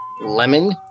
Lemon